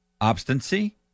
obstinacy